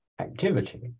activity